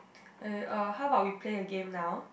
eh uh how about we play a game now